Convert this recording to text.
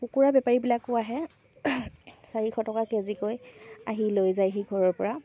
কুকুৰা বেপাৰীবিলাকো আহে চাৰিশ টকা কেজিকৈ আহি লৈ যায়হি ঘৰৰপৰা